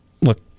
look